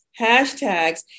hashtags